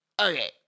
Okay